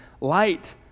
light